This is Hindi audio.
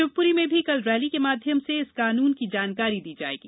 शिवपुरी में भी कल रैली के माध्यम से इस कानून की जानकारी दी जायेगी